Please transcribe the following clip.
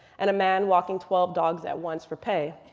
and a man walking twelve dogs at once for pay.